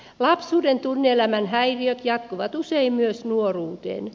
lapsuuden tunne elämän häiriöt jatkuvat usein myös nuoruuteen